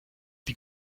die